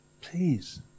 please